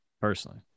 Personally